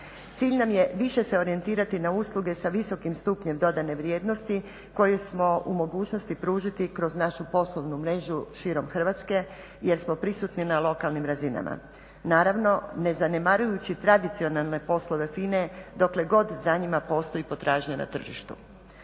cilj nam je više se orijentirati na usluge sa visokim stupnjem dodane vrijednosti koje smo u mogućnosti pružiti kroz našu poslovnu mrežu širom Hrvatske jer smo prisutni na lokalnim razinama. Naravno, ne zanemarujući tradicionalne poslove FINA-e dokle god za njima postoji potražnja na tržištu.